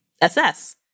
SS